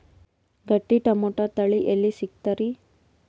ಗಟ್ಟಿ ಟೊಮೇಟೊ ತಳಿ ಎಲ್ಲಿ ಸಿಗ್ತರಿ?